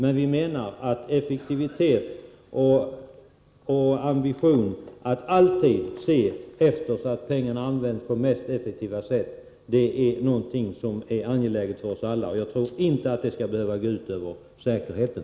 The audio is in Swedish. Men vi anser att ambitionen att alltid se till så att pengarna används på det mest effektiva sättet är angelägen för oss alla. Jag tror inte att det skall behöva gå ut över säkerheten.